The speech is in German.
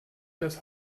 das